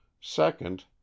Second